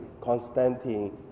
Constantine